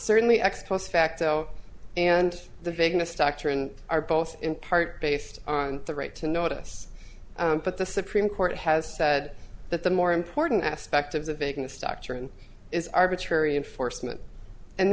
facto and the vagueness doctrine are both in part based on the right to notice but the supreme court has said that the more important aspect of the vagueness doctrine is arbitrary enforcement and